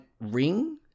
ring